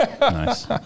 Nice